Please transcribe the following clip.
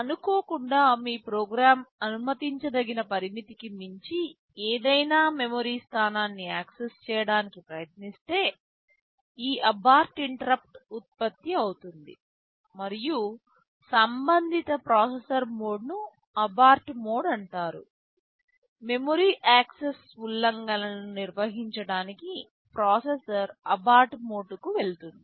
అనుకోకుండా మీ ప్రోగ్రామ్ అనుమతించదగిన పరిమితికి మించి ఏదైనా మెమరీ స్థానాన్ని యాక్సెస్ చేయడానికి ప్రయత్నిస్తే ఈ అబార్ట్ ఇంటరప్ట్ ఉత్పత్తి అవుతుంది మరియు సంబంధిత ప్రాసెసర్ మోడ్ను అబార్ట్ మోడ్ అంటారు మెమరీ యాక్సెస్ ఉల్లంఘనలను నిర్వహించడానికి ప్రాసెసర్ అబార్ట్ మోడ్కు వెళుతుంది